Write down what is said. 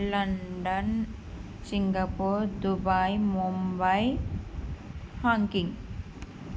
London Singapore Dubai Mumbai Hong Kong